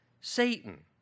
Satan